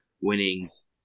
winnings